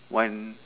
one